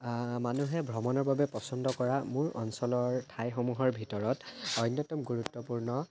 মানুহে ভ্ৰমণৰ বাবে পচন্দ কৰা মোৰ অঞ্চলৰ ঠাইসমূহৰ ভিতৰত অন্যতম গুৰুত্বপূৰ্ণ